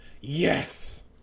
yes